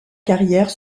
carrière